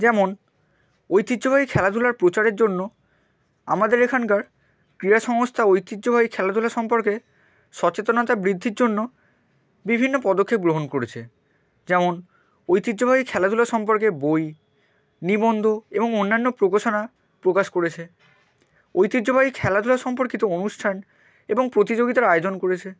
যেমন ঐতিহ্যবাহী খেলাধুলার প্রচারের জন্য আমাদের এখানকার ক্রীড়া সংস্থা ঐতিহ্যবাহী খেলাধুলা সম্পর্কে সচেতনতা বৃদ্ধির জন্য বিভিন্ন পদক্ষেপ গ্রহণ করেছে যেমন ঐতিহ্যবাহী খেলাধুলা সম্পর্কে বই নিবন্ধ এবং অন্যান্য প্রকাশনা প্রকাশ করেছে ঐতিহ্যবাহী খেলাধুলা সম্পর্কিত অনুষ্ঠান এবং প্রতিযোগিতার আয়োজন করেছে